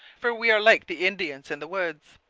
for we are like the indians in the woods.